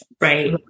right